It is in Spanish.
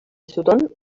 sutton